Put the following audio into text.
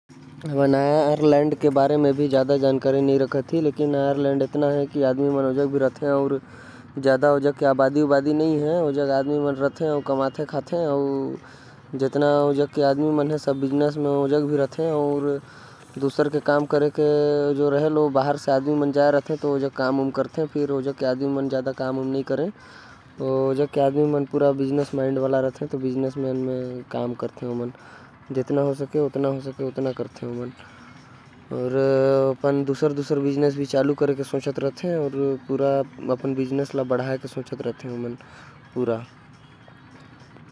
आयरलैंड के आबादी भी ज्यादा नही हवे। वहा के आदमी मन ज्यादा काम नही करथे। दूसर मन ल रखे रहथे अउ ज्यादातर व्यापार करथे।